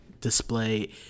display